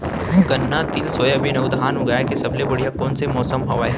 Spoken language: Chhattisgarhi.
गन्ना, तिल, सोयाबीन अऊ धान उगाए के सबले बढ़िया कोन मौसम हवये?